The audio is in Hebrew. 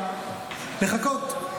לחכות,